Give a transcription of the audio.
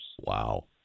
Wow